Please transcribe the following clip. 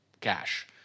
cash